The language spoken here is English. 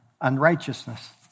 unrighteousness